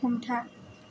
हमथा